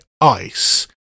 ICE